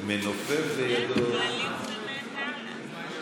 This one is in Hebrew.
מנופף בידו, אדוני היושב-ראש,